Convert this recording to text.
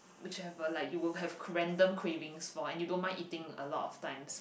whichever like you will have random cravings for and you don't mind eating a lot of times